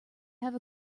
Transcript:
have